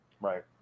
Right